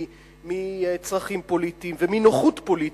מצרכים פוליטיים ומנוחות פוליטית,